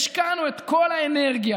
השקענו את כל האנרגיה,